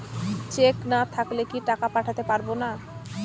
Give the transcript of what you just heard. Check না থাকলে কি টাকা পাঠাতে পারবো না?